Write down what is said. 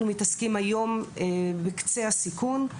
אנחנו מתעסקים היום בקצה הסיכון.